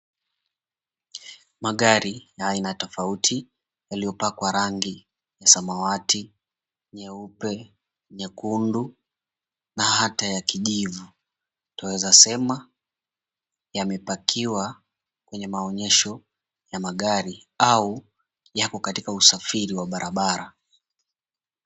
Magari aina tofauti yaliyopakwa rangi ya samawati, nyeupe, nyekundu na hata ya kijivu. Twaeza sema yamepakiwa kwenye maonyesho ya magari au yako katika usafiri wa barabara.